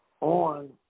on